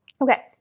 Okay